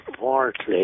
partly